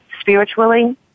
spiritually